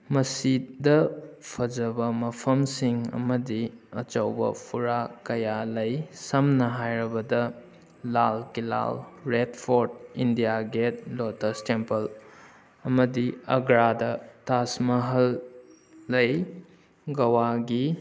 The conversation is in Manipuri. ꯃꯁꯤꯗ ꯐꯖꯕ ꯃꯐꯝꯁꯤꯡ ꯑꯃꯗꯤ ꯑꯆꯧꯕ ꯐꯨꯔꯥ ꯀꯌꯥ ꯂꯩ ꯁꯝꯅ ꯍꯥꯏꯔꯕꯗ Lal Qila Red Fort India Gate Lotus Temple ꯑꯃꯗꯤ ꯑꯒ꯭ꯔꯥꯗ ꯇꯥꯖ ꯃꯍꯜ ꯂꯩ ꯒꯋꯥꯒꯤ